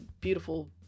beautiful